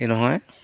কি নহয়